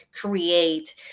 create